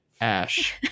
Ash